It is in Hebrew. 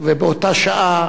ובאותה שעה,